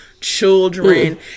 children